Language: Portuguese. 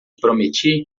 prometi